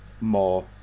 more